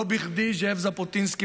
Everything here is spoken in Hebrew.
לא בכדי זאב ז'בוטינסקי,